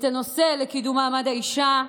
קידום מעמד האישה,